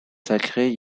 sacrées